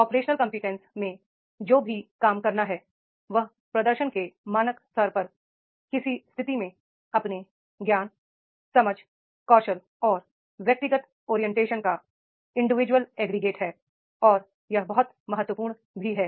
operational competency में जो भी काम करना है वह प्रदर्शन के मानक स्तर पर किसी स्थिति में अपने ज्ञान समझ कौशल और व्यक्तिगत का इंडिविजुअल एग्रीगेट है और यह बहुत महत्वपूर्ण भी है